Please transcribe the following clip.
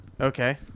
Okay